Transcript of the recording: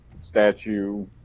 statue